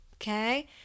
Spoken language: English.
okay